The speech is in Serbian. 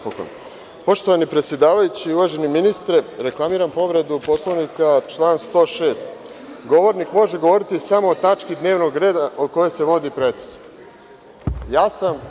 Poštovani predsedavajući, uvaženi ministre, reklamiram povredu Poslovnika, član 106. gde govornik može govoriti samo o tački dnevnog reda o kojoj se vodi pretres.